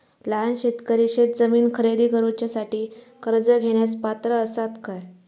लहान शेतकरी शेतजमीन खरेदी करुच्यासाठी कर्ज घेण्यास पात्र असात काय?